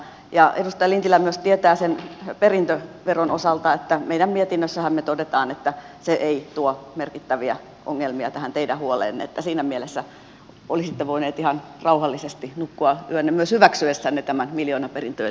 edustaja lintilä myös tietää sen perintöveron osalta että meidän mietinnössähän me toteamme että se ei tuo merkittäviä ongelmia tähän teidän huoleenne joten siinä mielessä olisitte voineet ihan rauhallisesti nukkua yönne myös hyväksyessänne tämän miljoonaperintöjen lisäveron